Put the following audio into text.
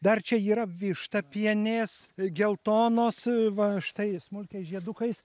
dar čia yra vištapienės geltonos va štai smulkiais žiedukais